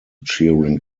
cheering